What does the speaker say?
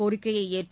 கோரிக்கையைஏற்று